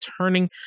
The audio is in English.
Turning